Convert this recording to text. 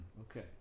okay